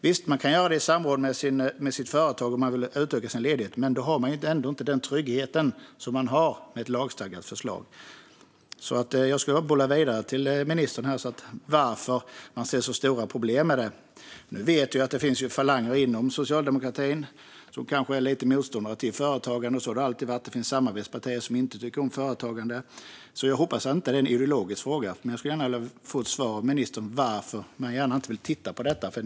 Visst kan man utöka ledigheten i samråd med sin arbetsgivare, men då har man inte den trygghet som man skulle ha med ett lagstadgat förslag. Jag vill bolla detta vidare till ministern. Varför ser man så stora problem med det här? Jag vet ju att det finns falanger inom socialdemokratin som kanske är lite emot företagande. Så har det alltid varit. Och det finns samarbetspartier som inte tycker om företagande. Jag hoppas dock inte att det här är en ideologisk fråga. Jag vill gärna få svar från ministern på varför man inte så gärna vill titta på det här.